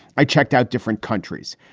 i checked out different countries.